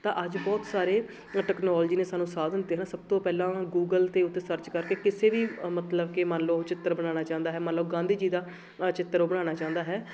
ਤਾਂ ਅੱਜ ਬਹੁਤ ਸਾਰੇ ਟੈਕਨੋਲਜੀ ਨੇ ਸਾਨੂੰ ਸਾਧਨ ਦਿੱਤੇ ਹਨ ਸਭ ਤੋਂ ਪਹਿਲਾਂ ਗੂਗਲ ਦੇ ਉੱਤੇ ਸਰਚ ਕਰਕੇ ਕਿਸੇ ਵੀ ਮਤਲਬ ਕਿ ਮੰਨ ਲਓ ਚਿੱਤਰ ਬਣਾਉਣਾ ਚਾਹੁੰਦਾ ਹੈ ਮੰਨ ਲਓ ਗਾਂਧੀ ਜੀ ਦਾ ਚਿੱਤਰ ਉਹ ਬਣਾਉਣਾ ਚਾਹੁੰਦਾ ਹੈ